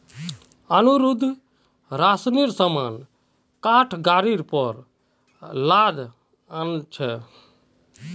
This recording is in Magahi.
अनिरुद्ध राशनेर सामान काठ गाड़ीर पर लादे आ न छेक